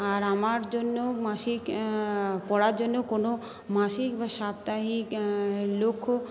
আর আমার জন্য মাসিক পড়ার জন্য কোনো মাসিক বা সাপ্তাহিক লক্ষ্যও